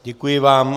Děkuji vám.